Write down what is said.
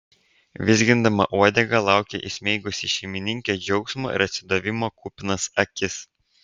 vizgindama uodegą laukė įsmeigusi į šeimininkę džiaugsmo ir atsidavimo kupinas akis